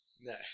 No